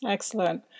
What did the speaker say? Excellent